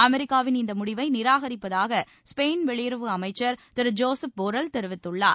அமெரிக்காவின் இந்த முடிவை நிராகரிப்பதாக ஸ்பெயின் வெளியுறவு அமைச்சர் திரு ஜோசப் போரல் தெரிவித்தார்